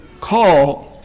call